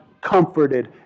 comforted